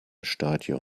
stadium